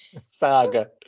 Saga